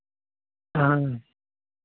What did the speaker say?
हाँ